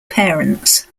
parents